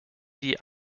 die